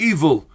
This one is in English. Evil